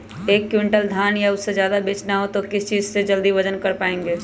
एक क्विंटल धान या उससे ज्यादा बेचना हो तो किस चीज से जल्दी वजन कर पायेंगे?